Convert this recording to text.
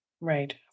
Right